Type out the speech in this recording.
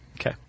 Okay